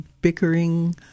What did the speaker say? bickering